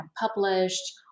published